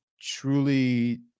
truly